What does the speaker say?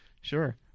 Sure